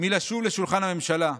מלשוב לשולחן הממשלה?